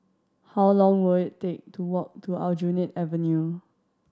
how long will it take to walk to Aljunied Avenue